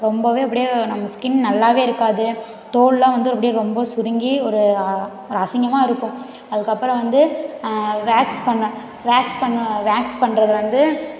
ரொம்பவே அப்படியே நம்ம ஸ்கின் நல்லாவே இருக்காது தோல் எல்லாம் வந்து அப்படியே ரொம்ப சுருங்கி ஒரு அசிங்கமாக இருக்கும் அதுக்கு அப்புறம் வந்து வேக்ஸ் பண்ணேன் வேக்ஸ் பண்ணேன் வேக்ஸ் பண்ணுறது வந்து